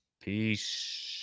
Peace